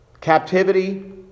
captivity